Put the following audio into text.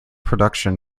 production